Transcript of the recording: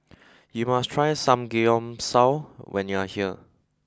you must try Samgeyopsal when you are here